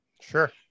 Sure